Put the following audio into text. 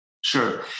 Sure